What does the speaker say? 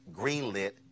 greenlit